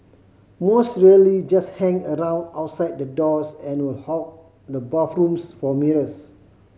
most really just hang around outside the doors and will hog the bathrooms for mirrors